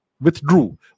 withdrew